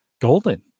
Golden